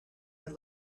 had